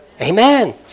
Amen